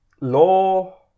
law